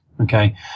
Okay